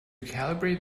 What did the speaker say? calibrate